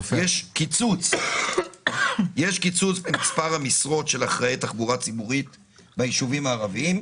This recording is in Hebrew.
יש קיצוץ במספר המשרות של אחראי תחבורה ציבורית ביישובים הערבים.